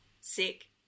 Sick